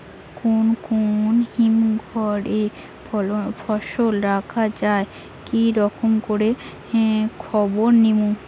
কুন কুন হিমঘর এ ফসল রাখা যায় কি রকম করে খবর নিমু?